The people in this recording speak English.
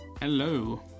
Hello